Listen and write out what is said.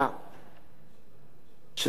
כששר המשפטים היה דניאל פרידמן,